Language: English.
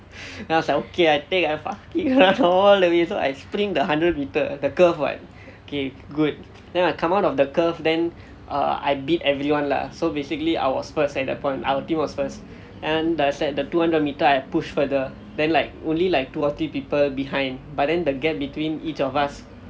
then I was like okay I take I fucking run all the way so I sprint the hundred meter curve what okay it's good then I come out of the curve then err I beat everyone lah so basically I was first at that point our team was first then I said the two hundred meter I push further then like only like two or three people behind but then the gap between each of us